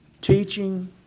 teaching